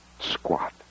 squat